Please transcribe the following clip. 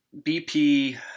BP